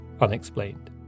unexplained